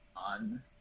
on